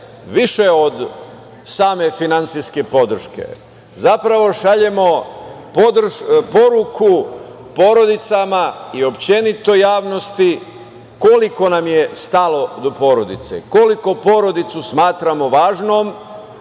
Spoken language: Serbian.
više od same finansijske podrške. Zapravo šaljemo poruku porodicama i uopšte javnosti koliko nam je stalo do porodice, koliko porodicu smatramo važnom